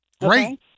great